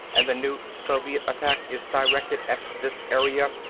and the new soviet attack is directed at this area.